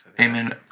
amen